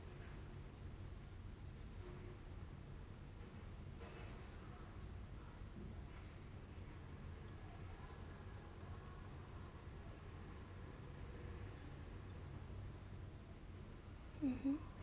mmhmm